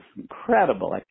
incredible